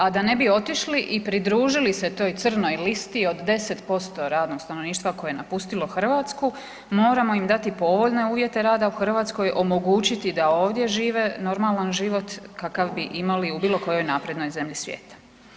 A da ne bi otišli i pridružili se toj crnoj listi od 10% radnog stanovništva koje je napustilo Hrvatsku moramo im dati povoljne uvjete rada u Hrvatskoj, omogućiti da ovdje žive normalan život kakav bi imali u bilo kojoj naprednoj zemlji svijeta.